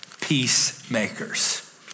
peacemakers